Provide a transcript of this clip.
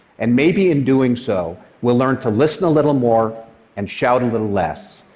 and maybe in doing so, we'll learn to listen a little more and shout a little less.